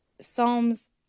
psalm's